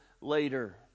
later